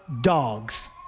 dogs